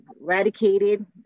eradicated